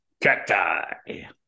Cacti